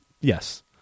Yes